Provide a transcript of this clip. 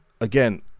again